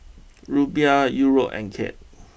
Rupiah Euro and Kyat